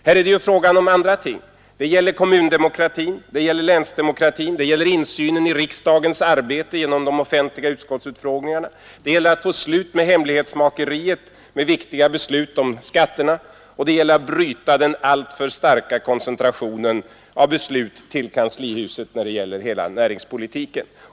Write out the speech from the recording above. Här är det fråga om andra ting: Det gäller kommundemokratin, länsdemokratin och insynen i riksdagens arbete genom offentliga utskottsutfrågningar. Det gäller att få slut på hemlighetsmakeriet med viktiga beslut om skatterna, och det gäller att bryta den alltför starka koncentrationen av beslut till kanslihuset i fråga om hela näringspolitiken.